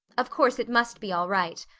of course, it must be all right.